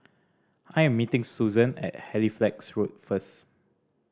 I am meeting Susan at Halifax Road first